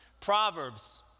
Proverbs